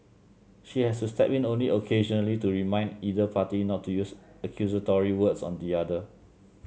she has to step in only occasionally to remind either party not to use accusatory words on the other